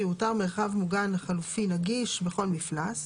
יאותר מרחב מוגן חלופי נגיש בכל מפלס.